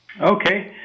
Okay